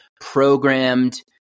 programmed